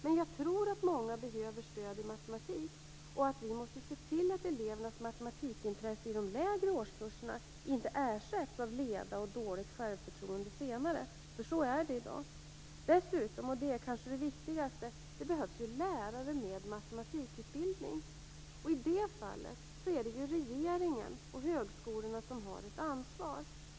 Men jag tror att många behöver stöd i matematik och att vi måste se till att elevernas matematikintresse i de lägre årskurserna inte ersätts av leda och dåligt självförtroende senare, för så är det i dag. Dessutom, och det är kanske det viktigaste, behövs det ju lärare med matematikutbildning. I det fallet är det ju regeringen och högskolorna som har ett ansvar.